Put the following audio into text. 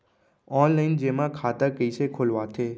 Online जेमा खाता कइसे खोलवाथे?